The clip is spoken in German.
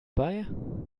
bei